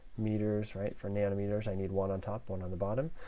meters, right? for nanometers, i need one on top, one on the bottom.